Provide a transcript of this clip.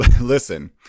listen